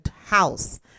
house